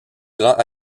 grands